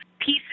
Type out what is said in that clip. pieces